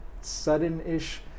sudden-ish